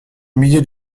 milliers